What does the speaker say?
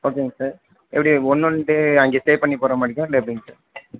ஓகேங்க சார் எப்படி one one day அங்கே ஸ்டே பண்ணிப் போகிற மாதிரியா இல்லை எப்படிங் சார்